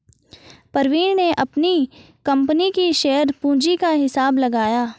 प्रवीण ने अपनी कंपनी की शेयर पूंजी का हिसाब लगाया